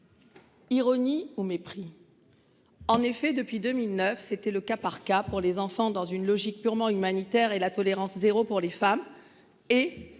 Ironie ou mépris. En effet, depuis 2009, c'était le cas par cas pour les enfants dans une logique purement humanitaire et la tolérance, 0 pour les femmes et